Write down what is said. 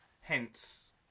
hence